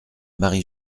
marie